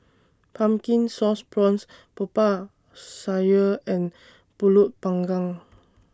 Pumpkin Sauce Prawns Popiah Sayur and Pulut Panggang